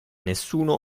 nessuno